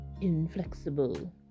inflexible